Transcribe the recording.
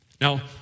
Now